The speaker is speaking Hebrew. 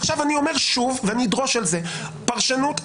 עכשיו אני אומר שוב ואדרוש על זה: פרשנות,